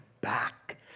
back